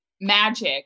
magic